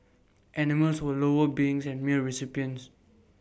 animals were lower beings and mere recipients